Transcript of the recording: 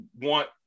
want